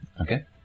Okay